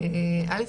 א',